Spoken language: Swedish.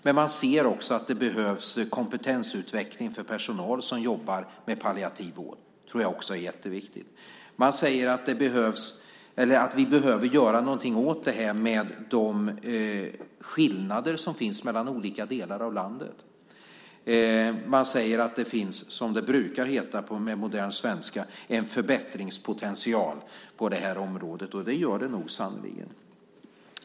Men man ser också att det behövs kompetensutveckling för personal som jobbar med palliativ vård. Det tror jag också är jätteviktigt. Man säger att vi behöver göra någonting åt de skillnader som finns mellan olika delar av landet. Man säger att det finns, som det brukar heta på modern svenska, en förbättringspotential på detta område. Och det gör det nog sannerligen.